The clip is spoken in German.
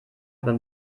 beim